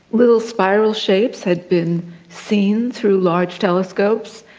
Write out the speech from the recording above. little spiral shapes had been seen through large telescopes.